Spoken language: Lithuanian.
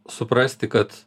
suprasti kad